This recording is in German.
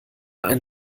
ein